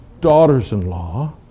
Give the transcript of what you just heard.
daughters-in-law